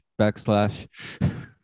backslash